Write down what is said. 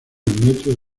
metro